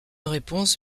réponse